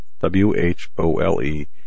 W-H-O-L-E